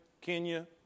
Kenya